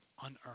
unearned